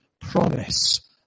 promise